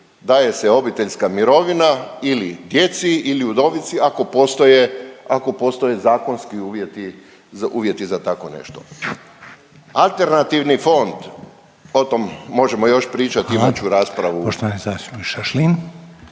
Daje se obiteljska mirovina ili djeci li udovici, ako postoje zakonski uvjeti za tako nešto. Alternativni fond, o tom možemo još pričati … .../Upadica: